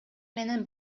менен